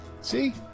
See